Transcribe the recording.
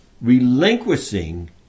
relinquishing